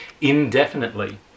indefinitely